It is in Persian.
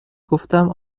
گفتم